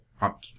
up